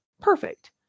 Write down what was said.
perfect